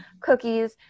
cookies